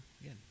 again